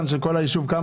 לא.